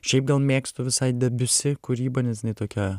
šiaip mėgstu visai debiusi kūryba nes jinai tokia